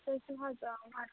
تُہۍ چِھو حظ آ